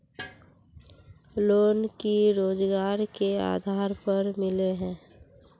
Loan की रोजगार के आधार पर मिले है?